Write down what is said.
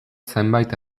zenbait